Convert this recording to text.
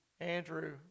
Andrew